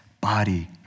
body